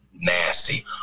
nasty